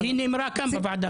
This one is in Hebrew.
היא נאמרה כאן בוועדה.